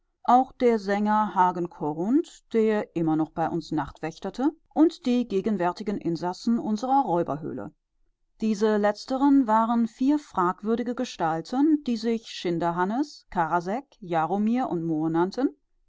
auch der sänger hagen korrundt der immer noch bei uns nachtwächterte und die gegenwärtigen insassen unserer räuberhöhle diese letzteren waren vier fragwürdige gestalten die sich schinderhannes karaseck jaromir und